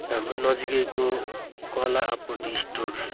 हाम्रो नजिकैको कला आपूर्ति स्टोर